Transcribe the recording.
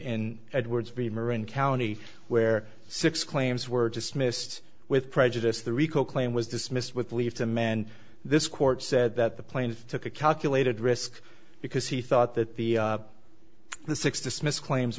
in edwards bremer and county where six claims were dismissed with prejudice the rico claim was dismissed with leave them and this court said that the plaintiff took a calculated risk because he thought that the the six dismissed claims